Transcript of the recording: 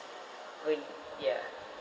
all ya